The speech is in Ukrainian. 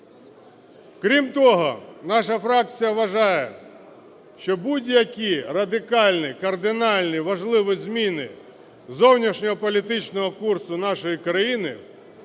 Крім того, наша фракція вважає, що будь-які радикальні, кардинальні, важливі зміни зовнішньополітичного курсу нашої країни